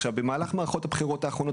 עכשיו במהלך מערכות הבחירות האחרונות,